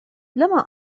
لما